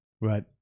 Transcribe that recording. Right